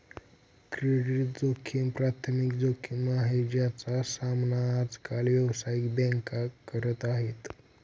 credit जोखिम प्राथमिक जोखिम आहे, ज्याचा सामना आज काल व्यावसायिक बँका करत आहेत